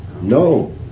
No